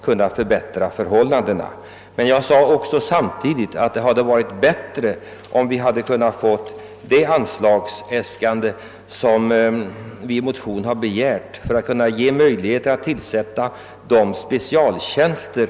Samtidigt framhöll jag emellertid att det varit fördelaktigare om vi kunnat få de anslag som vi motionsledes begärt för tillsättande av de specialtjänster som behövs i detta fall. Detta är inga politiska utspel.